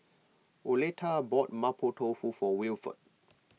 Oleta bought Mapo Tofu for Wilford